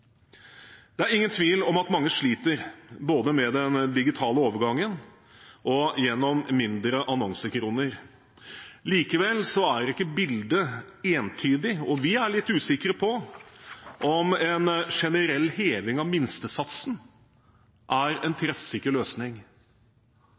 Det er ingen tvil om at mange sliter, både med den digitale overgangen og gjennom færre annonsekroner. Likevel er ikke bildet entydig, og vi er litt usikre på om en generell heving av minstesatsen er en